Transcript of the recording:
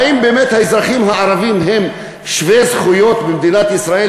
האם באמת האזרחים הערבים הם שווי זכויות במדינת ישראל,